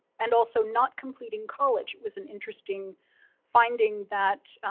and also, not completing college was an interesting finding that.